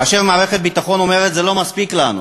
כאשר מערכת הביטחון אומרת שזה לא מספיק לנו?